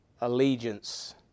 allegiance